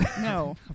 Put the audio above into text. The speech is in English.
No